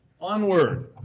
Onward